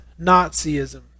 Nazism